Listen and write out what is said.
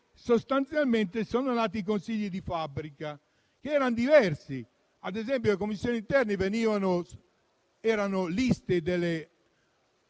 sostituite e sono nati i consigli di fabbrica, che erano diversi: le commissioni interne erano liste delle